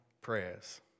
prayers